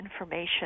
information